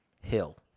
Hill